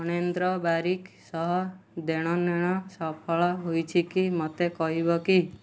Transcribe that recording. ଫଣେନ୍ଦ୍ର ବାରିକ୍ ସହ ଦେଣ ନେଣ ସଫଳ ହୋଇଛି କି ମୋତେ କହିବ କି